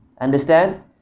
Understand